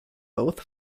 both